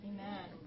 Amen